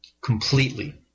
completely